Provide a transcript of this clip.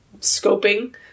scoping